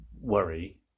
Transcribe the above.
worry